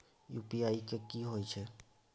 UPI की होय छै?